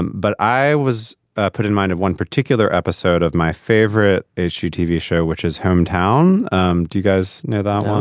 but i was ah put in mind of one particular episode of my favorite issue tv show, which is hometown um do you guys know that?